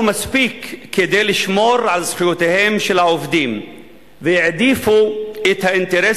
מספיק כדי לשמור על זכויותיהם של העובדים והעדיפו את האינטרס